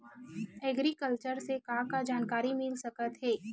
Agriculture से का का जानकारी मिल सकत हे?